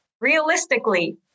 realistically